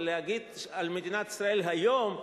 אבל להגיד על מדינת ישראל היום,